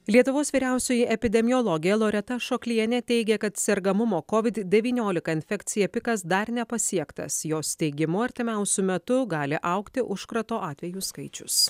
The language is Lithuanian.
lietuvos vyriausioji epidemiologė loreta ašoklienė teigė kad sergamumo covid devyniolika infekcija pikas dar nepasiektas jos teigimu artimiausiu metu gali augti užkrato atvejų skaičius